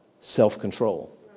self-control